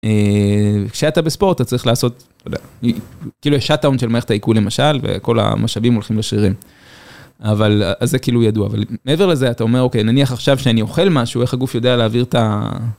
כשאתה בספורט, אתה צריך לעשות, כאילו, יש שאט-דאון של מערכת העיכול למשל, וכל המשאבים הולכים לשרירים. אבל, אז זה כאילו ידוע, אבל מעבר לזה, אתה אומר, אוקיי, נניח עכשיו שאני אוכל משהו, איך הגוף יודע להעביר את ה...